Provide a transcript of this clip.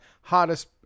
hottest